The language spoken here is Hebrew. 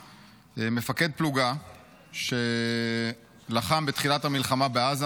מפקד פלוגה שלחם בתחילת המלחמה בעזה,